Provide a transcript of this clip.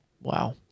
wow